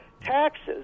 taxes